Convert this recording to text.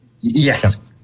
Yes